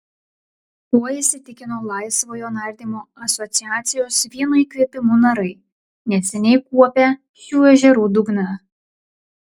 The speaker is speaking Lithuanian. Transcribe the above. tuo įsitikino laisvojo nardymo asociacijos vienu įkvėpimu narai neseniai kuopę šių ežerų dugną